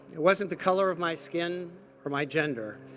it wasn't the color of my skin or my gender.